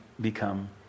become